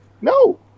No